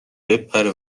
بپره